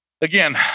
Again